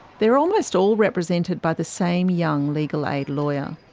they're almost all represented by the same young legal aid lawyer.